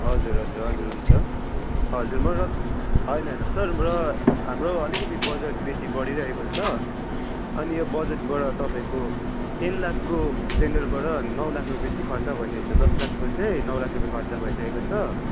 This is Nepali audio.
हजुर हजुर हजुर हुन्छ हजुर म र होइन होइन सर र हाम्रो अलिकति बजेट बेसी बढिरहेको छ अनि यो बजेटबाट तपाईँको टेन लाखको टेन्डरबाट नौ लाख रुपियाँ चाहिँ खर्च भइसकेको छ दस लाखको चाहिँ नौ लाख रुपियाँ खर्च भइसकेको छ